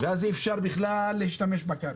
ואז אי אפשר להשתמש בקרקע,